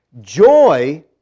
Joy